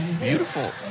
Beautiful